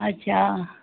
अच्छा